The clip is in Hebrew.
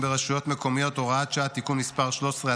ברשויות מקומיות (הוראת שעה) (תיקון מס' 13),